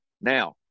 Now